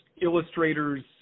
illustrators